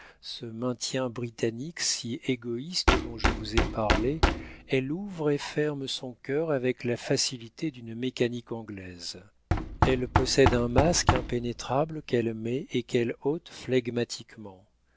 ce maintien britannique si égoïste dont je vous ai parlé elle ouvre et ferme son cœur avec la facilité d'une mécanique anglaise elle possède un masque impénétrable qu'elle met et qu'elle ôte